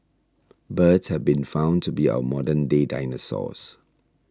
birds have been found to be our modern day dinosaurs